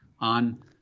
on